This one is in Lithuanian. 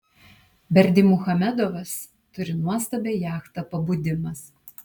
berdymuchamedovas turi nuostabią jachtą pabudimas